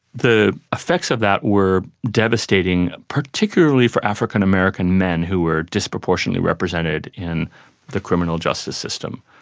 the effects of that were devastating, particularly for african american men who were disproportionately represented in the criminal justice system.